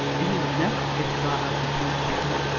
and he would never get the daughter of the king of erin.